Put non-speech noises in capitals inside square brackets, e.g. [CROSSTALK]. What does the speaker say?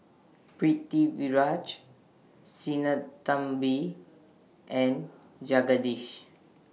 Pritiviraj Sinnathamby [NOISE] and Jagadish